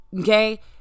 okay